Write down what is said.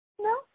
no